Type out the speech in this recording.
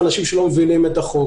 אנשים שלא מבינים את החוק,